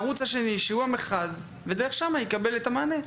הערוץ השני שהוא המכרז ודרך שם יקבל את המענה.